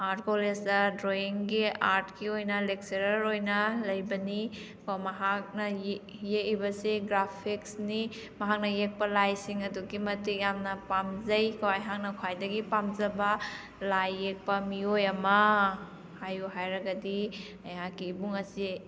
art ꯀꯣꯂꯦꯖꯇ ꯗ꯭ꯔꯣꯌꯤꯡꯒꯤ ꯑꯥꯔꯠꯀꯤ ꯑꯣꯏꯅ ꯂꯦꯛꯆꯔꯔ ꯑꯣꯏꯅ ꯂꯩꯕꯅꯤ ꯀꯣ ꯃꯍꯥꯛꯅ ꯌꯦꯀꯏꯕꯁꯤ ꯒ꯭ꯔꯥꯐꯤꯛꯁꯅꯤ ꯃꯍꯥꯛꯅ ꯌꯦꯛꯄ ꯂꯥꯏꯁꯤꯡ ꯑꯗꯨꯛꯀꯤꯃꯇꯤꯛ ꯌꯥꯝꯅ ꯄꯥꯝꯖꯩ ꯀꯣ ꯑꯩꯍꯥꯛꯅ ꯈ꯭ꯋꯥꯏꯗꯒꯤ ꯄꯥꯝꯖꯕ ꯂꯥꯏꯌꯦꯛꯄ ꯃꯤꯑꯣꯏ ꯑꯃꯥ ꯍꯥꯏꯌꯨ ꯍꯥꯏꯔꯒꯗꯤ ꯑꯩꯍꯥꯛꯀꯤ ꯏꯕꯨꯡ ꯑꯁꯤ